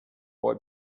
boy